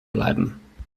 bleiben